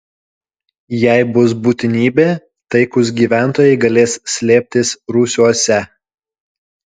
jei bus būtinybė taikūs gyventojai galės slėptis rūsiuose